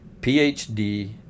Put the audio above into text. PhD